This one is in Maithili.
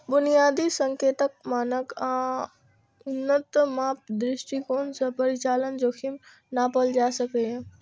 बुनियादी संकेतक, मानक आ उन्नत माप दृष्टिकोण सं परिचालन जोखिम नापल जा सकैए